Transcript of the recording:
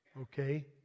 Okay